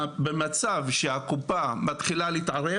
במצב שבו הקופה מתחילה להתערב